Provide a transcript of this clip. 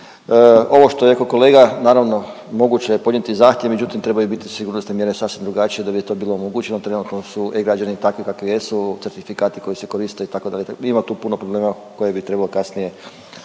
Ovo što je rekao kolega, naravno moguće je podnijeti zahtjev međutim trebaju biti sigurnosne mjere sasvim drugačije da bi to bilo moguće. Trenutno su e-građani takvi kakvi jesu, certifikati koji se koriste itd., ima tu puno problema koje bi trebalo kasnije,